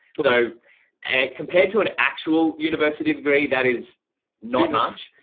so compared to an actual university degree that is not much.